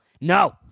no